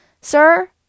Sir